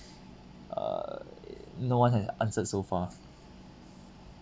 err no one has answered so far